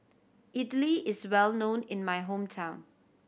Idili is well known in my hometown